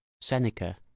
Seneca